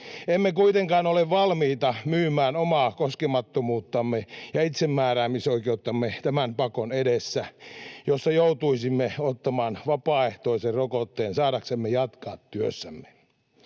Emme kuitenkaan ole valmiita myymään omaa koskemattomuuttamme ja itsemääräämisoikeuttamme tämän pakon edessä, jossa joutuisimme ottamaan vapaaehtoisen rokotteen saadaksemme jatkaa työssämme.